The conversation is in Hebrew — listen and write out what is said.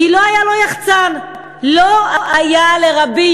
כי לא היה לו יחצן, לא היה לו לוביסט,